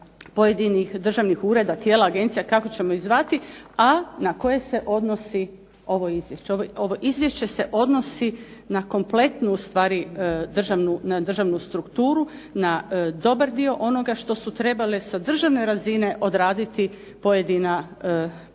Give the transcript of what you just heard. pojedinih državnih tijela, agencija, kako ćemo ih zvati, a na koje se odnosi ovo Izvješće. Ovo Izvješće se odnosi na kompletnu državnu strukturu, na dobar dio onoga što su trebale sa državne razine odraditi pojedina ministarstva,